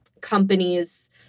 companies